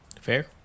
Fair